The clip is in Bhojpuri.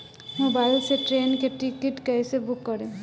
मोबाइल से ट्रेन के टिकिट कैसे बूक करेम?